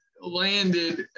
landed